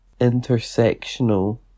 intersectional